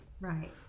Right